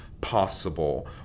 possible